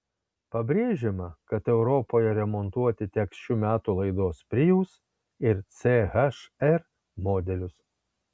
pabrėžiama kad europoje remontuoti teks šių metų laidos prius ir ch r modelius